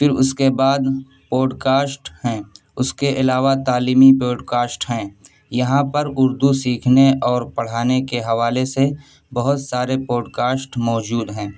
پھر اس کے بعد پوڈ کاسٹ ہیں اس کے علاوہ تعلیمی بروڈ کاسٹ ہیں یہاں پر اردو سیکھنے اور پڑھانے کے حوالے سے بہت سارے پوڈ کاسٹ موجود ہیں